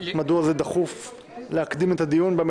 מדוע דחוף להקדים את הדיון במליאה?